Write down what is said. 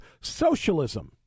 socialism